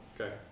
okay